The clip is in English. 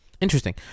Interesting